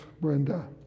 Brenda